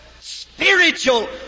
Spiritual